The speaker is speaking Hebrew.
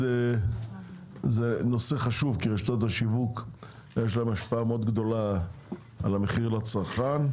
זה נושא חשוב כי לרשתות השיווק יש השפעה מאוד גדולה על המחיר לצרכן.